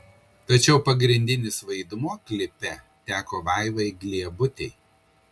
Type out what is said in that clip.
tačiau pagrindinis vaidmuo klipe teko vaivai gliebutei